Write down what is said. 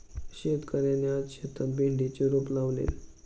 शेतकऱ्याने आज शेतात भेंडीचे रोप लावले